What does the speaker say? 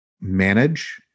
manage